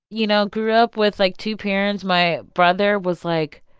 you know, grew up with, like, two parents. my brother was, like,